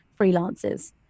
freelancers